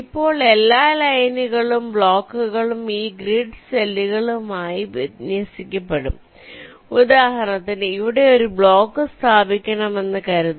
ഇപ്പോൾ എല്ലാ ലൈനുകളും ബ്ലോക്കുകളും ഈ ഗ്രിഡ് സെല്ലുകളുമായി വിന്യസിക്കപ്പെടും ഉദാഹരണത്തിന് ഇവിടെ ഒരു ബ്ലോക്ക് സ്ഥാപിക്കണമെന്ന് കരുതുക